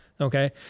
okay